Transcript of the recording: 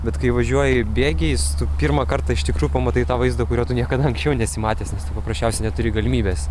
bet kai važiuoji bėgiais tu pirmą kartą iš tikrųjų pamatai tą vaizdą kurio tu niekada anksčiau nesi matęs nes tu paprasčiausiai neturi galimybės